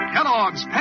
Kellogg's